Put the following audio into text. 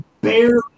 barely